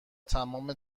تمام